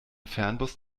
fernbus